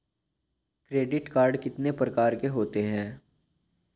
Credit card कितने प्रकार के होते हैं?